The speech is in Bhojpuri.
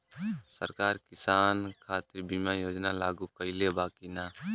सरकार किसान खातिर बीमा योजना लागू कईले बा की ना?